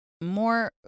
more